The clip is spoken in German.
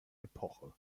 epoche